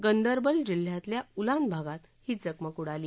गंदरबल जिल्ह्यातल्या उलान भागात ही चकमक उडाली